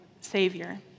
savior